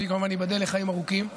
אבי, כמובן, ייבדל לחיים ארוכים.